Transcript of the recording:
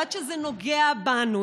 עד שזה נוגע בנו,